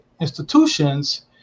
institutions